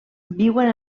viuen